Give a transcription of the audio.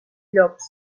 llops